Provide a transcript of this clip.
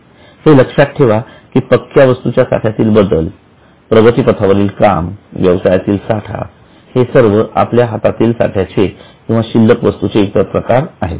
हे लक्षात ठेवा कि पक्क्या वस्तूच्या साठ्यातील बदल प्रगतीपथावरील काम व्यवसायातील साठा हे सर्व आपल्या हातातील साठ्याचे किंवा शिल्लक वस्तूचे इतर प्रकार आहेत